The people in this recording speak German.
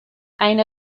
eine